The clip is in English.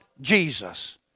Jesus